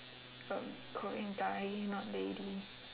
um korean guy not lady